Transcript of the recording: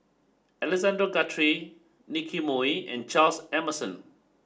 Alexander Guthrie Nicky Moey and Charles Emmerson